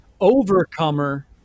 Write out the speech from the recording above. Overcomer